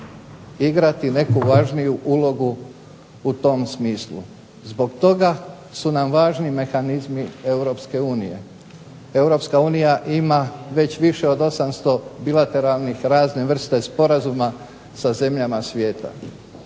igrati neku važniju ulogu u tom smislu. Zbog toga su nam važni mehanizmi Europske unije, Europska unija ima već više od 800 raznih bilateralnih sporazuma sa zemljama svijeta.